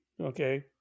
Okay